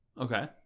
Okay